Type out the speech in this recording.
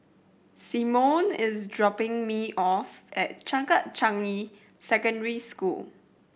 Symone is dropping me off at Changkat Changi Secondary School